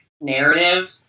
narrative